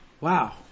Wow